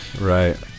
Right